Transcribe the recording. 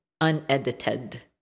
unedited